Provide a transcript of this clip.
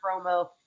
promo